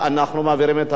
נגד 2, שני נמנעים.